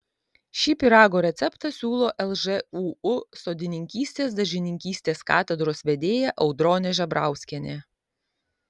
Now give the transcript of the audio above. šį pyrago receptą siūlo lžūu sodininkystės daržininkystės katedros vedėja audronė žebrauskienė